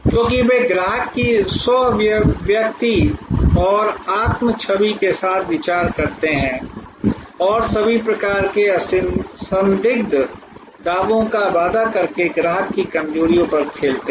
क्योंकि वे ग्राहक की स्व अभिव्यक्ति और आत्म छवि के साथ विचार करते हैं और सभी प्रकार के असंदिग्ध दावों का वादा करके ग्राहक की कमजोरियों पर खेलते हैं